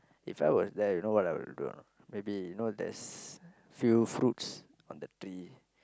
If I was there you know what I'll do maybe you know there's few fruits on the tree